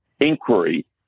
inquiry